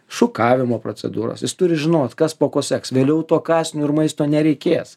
šukavimo procedūros jis turi žinot kas po ko seks vėliau to kąsnio ir maisto nereikės